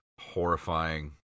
horrifying